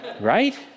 right